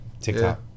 TikTok